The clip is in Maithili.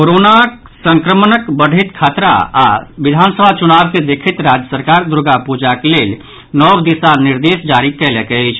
कोरोना संक्रमणक बढ़ैत खतरा आओर विधानसभा चुनाव के देखैत राज्य सरकार दुर्गा पूजाक लेल नव दिशा निर्देश जारी कयलक अछि